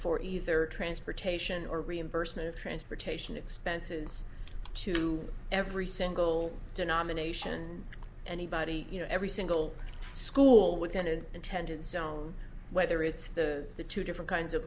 for either transportation or reimbursement transportation expenses to every single denomination anybody you know every single school within its intended zone whether it's the two different kinds of